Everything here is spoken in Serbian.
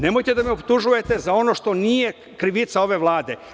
Nemojte da me optužujete za ono što nije krivica ove Vlade.